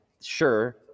sure